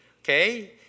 okay